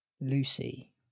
Lucy